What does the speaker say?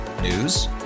News